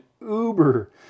uber